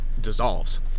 Dissolves